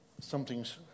something's